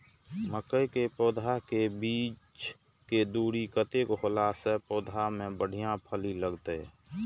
मके के पौधा के बीच के दूरी कतेक होला से पौधा में बढ़िया फली लगते?